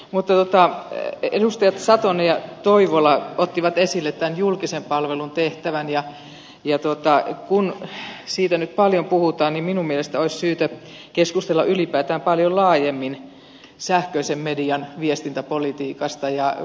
mutta edustajat satonen ja toivola ottivat esille tämän julkisen palvelun tehtävän ja kun siitä nyt paljon puhutaan niin minun mielestäni olisi syytä keskustella ylipäätään paljon laajemmin sähköisen median viestintäpolitiikasta